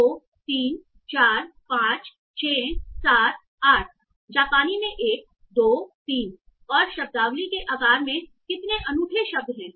1 2 3 4 5 6 7 8 जापानी में 1 2 3 और शब्दावली के आकार मे कितने अनूठे शब्द हैं